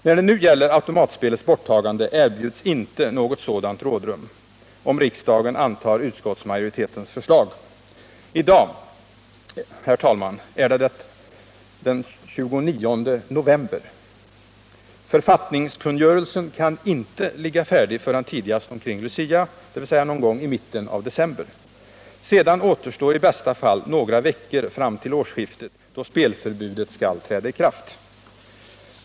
När det nu gäller automatspelets borttagande erbjuds inte något sådant rådrum, om riksdagen antar utskottsmajoritetens förslag. I dag är det den 29 november. Författningskungörelsen kan inte ligga färdig förrän tidigast omkring Luciadagen, dvs. någon gång i mitten av december. Sedan återstår i bästa fall några veckor fram till årsskiftet, då spelförbudet skall träda i kraft.